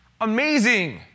Amazing